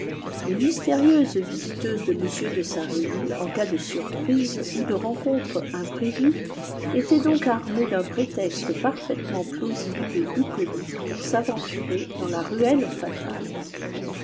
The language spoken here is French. les mystérieuses visiteuses de m de saint-remy en cas de surprise ou de rencontre imprévue étaient donc armées d'un prétexte parfaitement plausible et bucolique pour s'aventurer dans la ruelle fatale